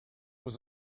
was